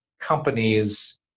companies